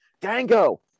dango